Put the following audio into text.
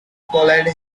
poland